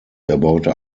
erbaute